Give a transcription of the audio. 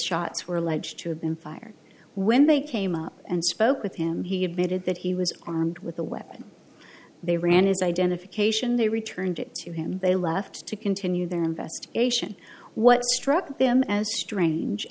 shots were alleged to have been fired when they came up and spoke with him he admitted that he was armed with a weapon they ran his identification they returned it to him they left to continue their investigation what struck him as strange